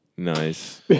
Nice